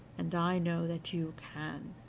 and i know that you can.